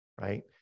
right